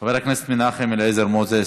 חבר הכנסת מנחם אליעזר מוזס,